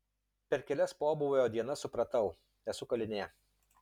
per kelias pobūvio dienas supratau esu kalinė